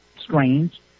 strange